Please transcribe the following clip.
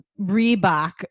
Reebok